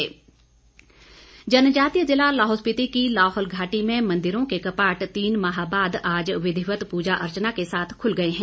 कपाट जनजातीय जिला लाहौल स्पीति की लाहौल घाटी में मंदिरों के कपाट तीन माह बाद आज विधिवत पूजा अर्चना के साथ खुल गए है